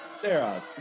Sarah